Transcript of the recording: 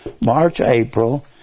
March-April